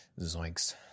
Zoinks